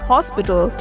Hospital